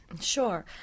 sure